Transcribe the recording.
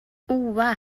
اوه